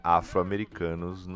afro-americanos